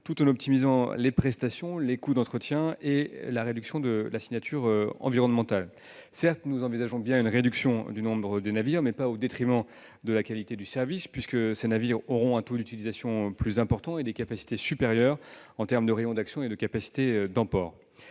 tout en optimisant les prestations, les coûts d'entretien et la réduction de la signature environnementale. Certes, nous envisageons bien une réduction du nombre de navires, mais pas au détriment de la qualité du service, puisque ces navires auront un taux d'utilisation plus important et des capacités supérieures de rayon d'action et d'emport.